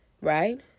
right